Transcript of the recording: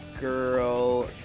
Girl